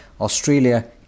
Australia